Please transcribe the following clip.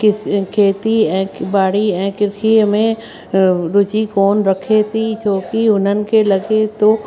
किस खेती ऐं ॿाड़ी ऐं कृषी में रुचि कोन रखे थी छोकी हुननि खे लॻे थो